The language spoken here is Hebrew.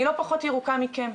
אני לא פחות ירוקה מכם.